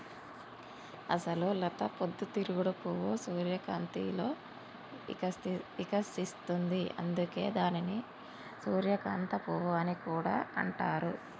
అసలు లత పొద్దు తిరుగుడు పువ్వు సూర్యకాంతిలో ఇకసిస్తుంది, అందుకే దానిని సూర్యకాంత పువ్వు అని కూడా అంటారు